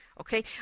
okay